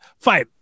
fine